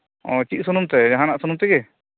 ᱪᱮᱫ ᱥᱩᱱᱩᱢ ᱛᱮ ᱡᱟᱸᱦᱟᱱ ᱥᱩᱱᱩᱢ ᱛᱮᱜᱮ